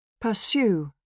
Pursue